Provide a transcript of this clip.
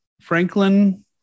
Franklin